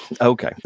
Okay